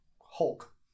Hulk